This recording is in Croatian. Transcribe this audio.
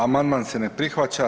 Amandman se ne prihvaća.